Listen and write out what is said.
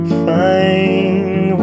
find